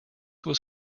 was